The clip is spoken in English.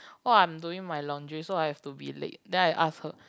oh I'm doing my laundry so I have to be late then I ask her